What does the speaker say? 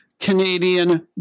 Canadian